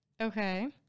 Okay